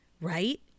right